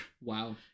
wow